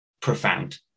profound